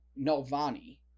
novani